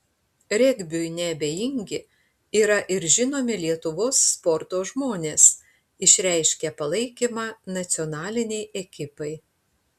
regbiui neabejingi yra ir žinomi lietuvos sporto žmonės išreiškę palaikymą nacionalinei ekipai